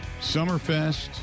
Summerfest